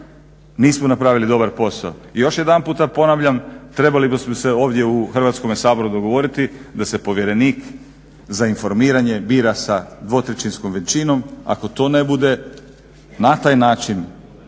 nismo napravili dobar posao. Još jedanput ponavljam trebali bismo se ovdje u Hrvatskome saboru dogovoriti da se povjerenik za informiranje bira sa dvotrećinskom većinom. Ako to ne bude na taj način